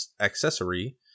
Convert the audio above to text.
accessory